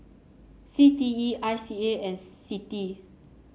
C T E I C A and CITI